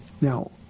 Now